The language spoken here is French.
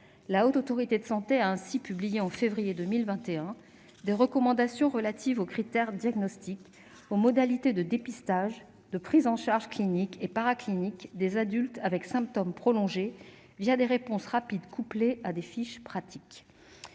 La Haute Autorité de santé a ainsi publié, en février 2021, des recommandations relatives aux critères diagnostiques, aux modalités de dépistage et de prises en charge cliniques et paracliniques des adultes avec symptômes des « réponses rapides », couplées à des fiches pratiques.